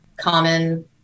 common